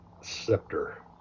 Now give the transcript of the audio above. scepter